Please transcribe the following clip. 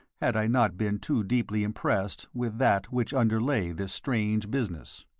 had i not been too deeply impressed with that which underlay this strange business.